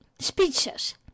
speeches